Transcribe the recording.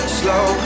slow